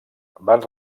van